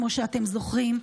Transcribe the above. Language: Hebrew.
כמו שאתם זוכרים,